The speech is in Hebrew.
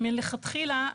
מלכתחילה,